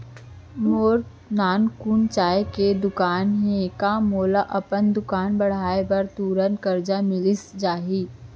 मोर नानकुन चाय के दुकान हे का मोला अपन दुकान बढ़ाये बर तुरंत करजा मिलिस जाही?